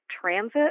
transit